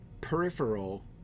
peripheral